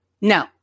no